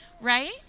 right